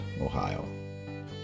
Ohio